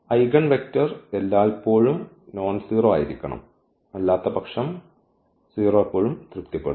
eigenvector എല്ലായ്പ്പോഴും nonzero ആയിരിക്കണം അല്ലാത്തപക്ഷം 0 എപ്പോഴും തൃപ്തിപ്പെടും